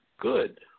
Good